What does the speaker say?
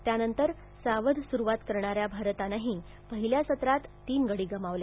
त्यानंतर सावध सुरुवात करणाऱ्या भारतानंही पहिल्या सत्रात तीन गडी गमावले